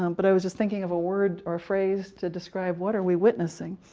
um but i was just thinking of a word or a phrase to describe what are we witnessing